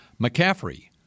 McCaffrey